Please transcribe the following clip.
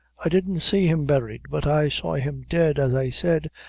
i didn't see him buried, but i saw him dead, as i said,